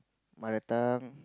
mother tongue